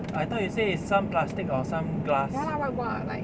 I thought you say is some plastic or some glass